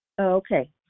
okay